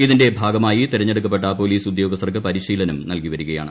ഇതിന്റെ ഭാഗമായി തെരഞ്ഞെടുക്കപ്പെട്ട പോലീസ് ഉദ്യോഗസ്ഥർക്ക് പരിശീലനം നല്കി വരികയാണ്